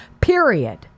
period